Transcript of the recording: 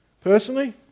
Personally